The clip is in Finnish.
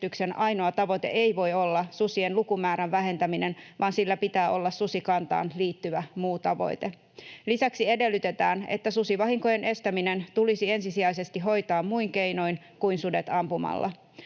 ainoa tavoite ei voi olla susien lukumäärän vähentäminen vaan sillä pitää olla susikantaan liittyvä muu tavoite. Lisäksi edellytetään, että susivahinkojen estäminen tulisi ensisijaisesti hoitaa muin keinoin kuin sudet ampumalla.